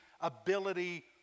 ability